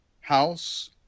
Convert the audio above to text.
house